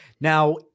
now